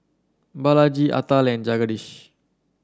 Balaji Atal Jagadish